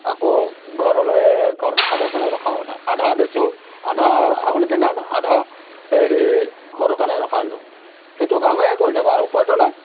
আকৌ ঘৰলৈ ঘৰ খাবৰ কাৰণে ৰখাও মানে আধা বেচোঁ আধা ছাগলী কিনাত আধা হেৰি ঘৰৰ কাৰণে ৰখাই লওঁ সেইটো কামেই কৰি থাকোঁ আৰু উপায়টো নাই